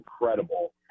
incredible